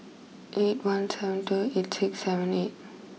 eight one seven two eight six seven eight